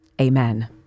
Amen